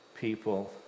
people